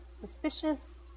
suspicious